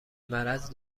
مرض